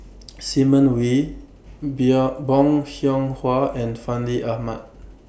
Simon Wee Be A Bong Hiong Hwa and Fandi Ahmad